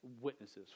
witnesses